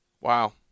Wow